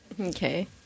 Okay